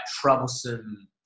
troublesome